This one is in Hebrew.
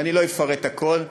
ואני לא אפרט הכול.